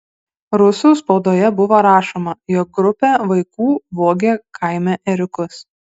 rusų spaudoje buvo rašoma jog grupė vaikų vogė kaime ėriukus